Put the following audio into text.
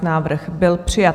Návrh byl přijat.